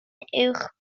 uwch